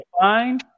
fine